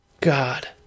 God